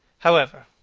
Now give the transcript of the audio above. however,